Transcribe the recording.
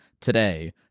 today